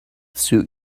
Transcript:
suit